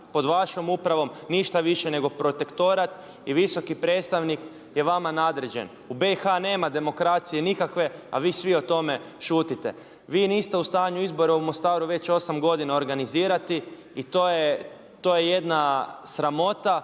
pod vašom upravom ništa više nego protektorat i visoki predstavnik je vama nadređen. U BiH nema demokracije nikakve, a vi svi o tome šutite. Vi niste u stanju izbore u Mostaru već osam godina organizirati i to je jedna sramota